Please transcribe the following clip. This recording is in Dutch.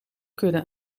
kudde